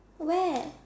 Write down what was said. where